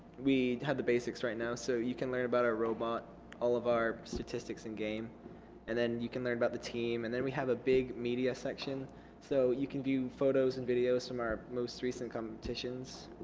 we have the basics right now so you can learn about our robot all of our statistics in game and you can learn about the team and then we have a big media section so you can view photos and videos from our most recent competitions.